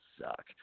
suck